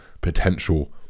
potential